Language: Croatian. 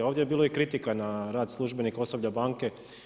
Ovdje je bilo i kritika na rad službenika osoblja banke.